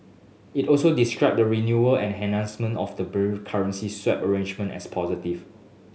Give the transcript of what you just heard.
it also described the renewal and enhancement of the bilateral currency swap arrangement as positive